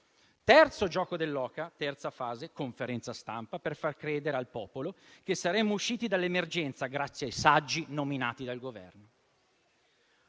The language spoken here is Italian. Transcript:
Terzo gioco dell'oca, terza fase: conferenza stampa per far credere al popolo che saremmo usciti dall'emergenza grazie ai saggi nominati dal Governo.